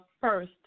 first